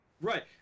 Right